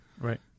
Right